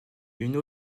une